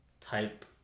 type